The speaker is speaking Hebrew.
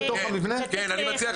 כן.